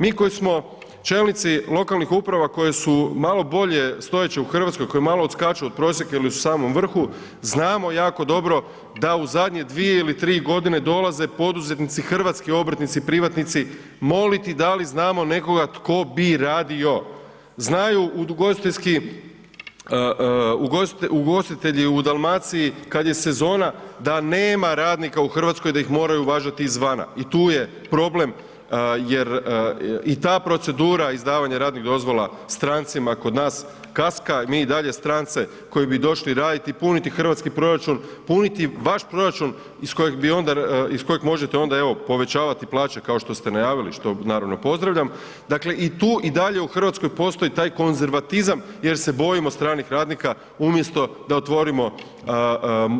Mi koji smo čelnici lokalnih uprava koje su malo bolje stojeće u RH, koje malo odskaču od prosjeka ili su u samom vrhu, znamo jako dobro da u zadnje 2 ili 3.g. dolaze poduzetnici, hrvatski obrtnici, privatnici, moliti da li znamo nekoga tko bi radio, znaju ugostiteljski, ugostitelji u Dalmaciji kad je sezona da nema radnika u RH, da ih moraju uvažati izvana i tu je problem jer i ta procedura izdavanja radnih dozvola strancima kod nas kaska, mi i dalje strance koji bi došli raditi i puniti hrvatski proračun, puniti vaš proračun iz kojeg bi onda, iz kojeg možete onda evo povećati plaće kao što ste najavili, što naravno pozdravljam, dakle i tu i dalje u RH postoji taj konzervatizam jer se bojimo stranih radnika umjesto da otvorimo